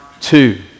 two